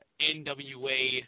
NWA